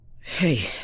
Hey